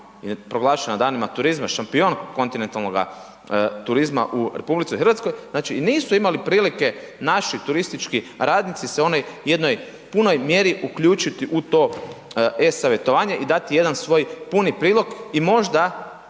proglašena danima turizma, šampion kontinentalnoga turizma u RH. Znači, i nisu imali prilike naši turistički radnici se u onoj jednoj punoj mjeri uključiti u to e-savjetovanje i dati jedan svoj puni prilog i možda,